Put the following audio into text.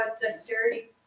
dexterity